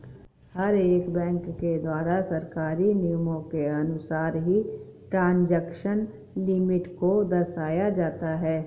हर एक बैंक के द्वारा सरकारी नियमों के अनुसार ही ट्रांजेक्शन लिमिट को दर्शाया जाता है